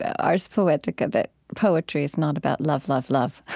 ars poetica that poetry is not about love, love, love,